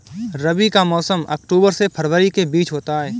रबी का मौसम अक्टूबर से फरवरी के बीच होता है